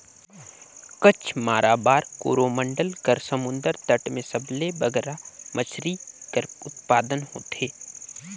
कच्छ, माराबार, कोरोमंडल कर समुंदर तट में सबले बगरा मछरी कर उत्पादन होथे